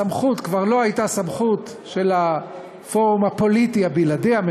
הסמכות כבר לא הייתה סמכות של הפורום הפוליטי הבלעדי,